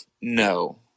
No